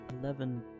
eleven